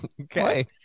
Okay